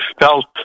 felt